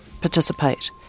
participate